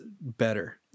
better